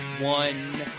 one